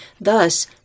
Thus